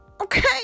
Okay